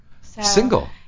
Single